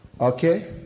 okay